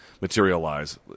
materialize